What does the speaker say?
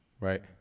right